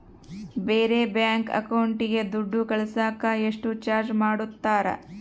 ಬೇರೆ ಬ್ಯಾಂಕ್ ಅಕೌಂಟಿಗೆ ದುಡ್ಡು ಕಳಸಾಕ ಎಷ್ಟು ಚಾರ್ಜ್ ಮಾಡತಾರ?